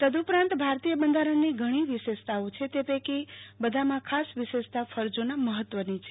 તદૃપરાંત ભારતીય બંધારણની ઘણી વિશેષતાઓ છે તે પૈકી બધામાં ખાસ વિશેષતા ફરજોના મહત્વની છે